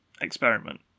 experiment